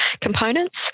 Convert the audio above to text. components